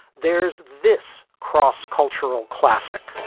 there's this cross-cultural classic